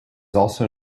also